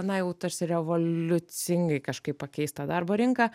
na jau tarsi revoliucingai kažkaip pakeis tą darbo rinką